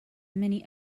many